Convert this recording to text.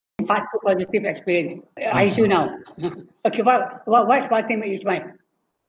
part two positive experience eh I should now okay lah what what's make you smile